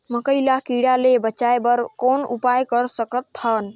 मकई ल कीड़ा ले बचाय बर कौन उपाय कर सकत हन?